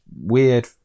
weird